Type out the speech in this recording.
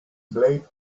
blade